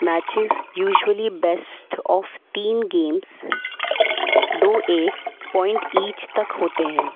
matches usually best of تین games دو ایک پوائنٹ ایچ تک ہوتے ہیں